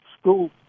school